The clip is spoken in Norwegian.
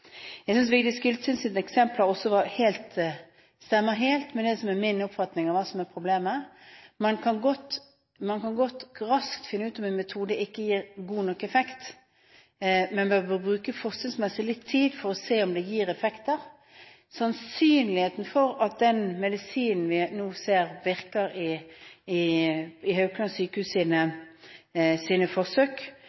Jeg synes Vigdis Giltuns eksempler stemmer helt med det som er min oppfatning av hva som er problemet. Man kan godt raskt finne ut om en metode ikke gir god nok effekt, men man bør bruke litt tid for å se om det gir effekter. At den medisinen vi nå ser virker i Haukeland sykehus'